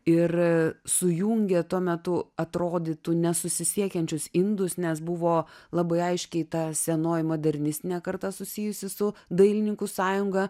ir sujungė tuo metu atrodytų nesusisiekiančius indus nes buvo labai aiškiai ta senoji modernistinė karta susijusi su dailininkų sąjunga